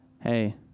hey